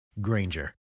Granger